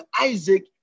Isaac